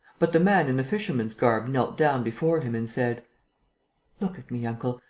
but the man in the fisherman's garb knelt down before him and said look at me, uncle.